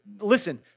listen